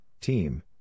Team